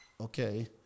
okay